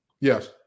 Yes